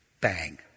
bang